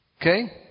Okay